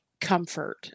comfort